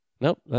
Nope